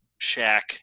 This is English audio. Shack